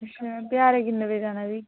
अच्छा बजारै कि'न्ने बजे जाना फिरी